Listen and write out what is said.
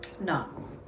no